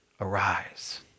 Arise